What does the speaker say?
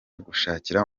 gushakira